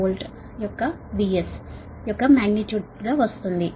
13KV యొక్క VS యొక్క magnitude గా వస్తోంది